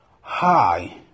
Hi